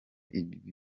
ibyo